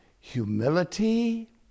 humility